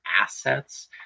assets